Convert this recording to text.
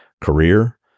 career